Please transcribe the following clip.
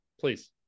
please